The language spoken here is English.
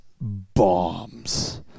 bombs